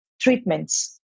treatments